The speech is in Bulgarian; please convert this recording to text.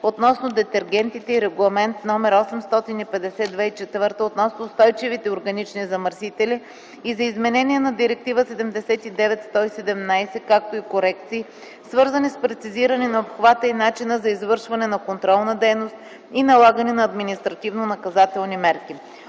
относно детергентите и Регламент № 850/2004 относно устойчивите органични замърсители и за изменение на Директива 79/117/ЕИО, както и корекции, свързани с прецизиране на обхвата и начина за извършване на контролна дейност и налагане на административно-наказателни мерки.